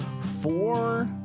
four